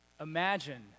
Imagine